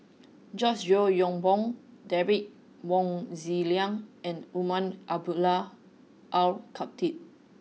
George Yeo Yong Boon Derek Wong Zi Liang and Umar Abdullah Al Khatib